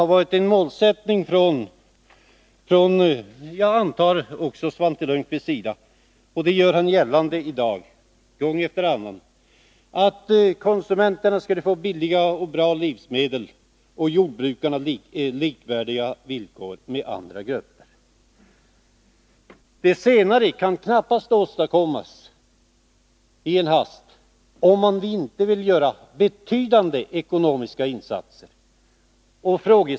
Jag antar att det också varit Svante Lundkvists målsättning att konsumenterna skall få billiga och bra livsmedel och att jordbrukarna skall få med andra grupper likvärdiga villkor. Det senare kan knappast åstadkommas i en hast om man inte vill göra betydande ekonomiska insatser.